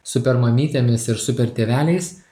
super mamytėmis ir super tėveliais